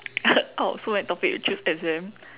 out of so many topic to choose exam